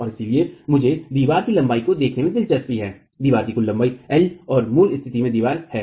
और इसलिए मुझे दीवार की लंबाई को देखने में दिलचस्पी है दीवार की कुल लंबाई l और मूल स्थिति में दीवार है